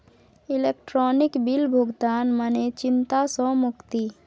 electronic bill भुगतान मने चिंता सँ मुक्ति